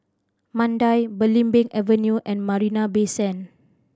Mandai Belimbing Avenue and Marina Bay Sand